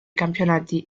campionati